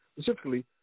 specifically